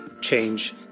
change